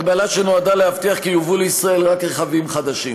הגבלה שנועדה להבטיח כי ייובאו לישראל רק רכבים חדשים.